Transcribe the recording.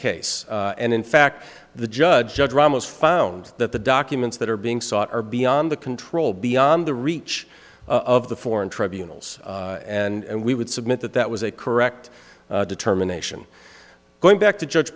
case and in fact the judge judge ramos found that the documents that are being sought are beyond the control beyond the reach of the foreign tribunals and we would submit that that was a correct determination going back to judge